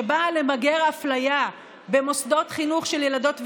שבאה למגר אפליה במוסדות חינוך של ילדות וילדים?